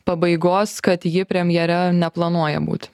pabaigos kad ji premjere neplanuoja būti